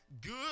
good